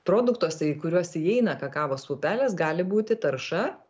produktuose į kuriuos įeina kakavos pupelės gali būti tarša